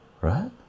right